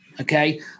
okay